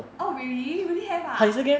oh really really have ah